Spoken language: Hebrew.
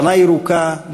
שנה ירוקה,